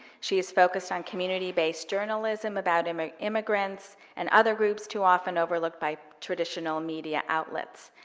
she has focused on community based journalism about um ah immigrants and other groups too often overlooked by traditional media outlets.